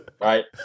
Right